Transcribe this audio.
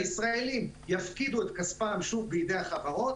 הישראלים יפקידו את כספם שוב בידי החברות,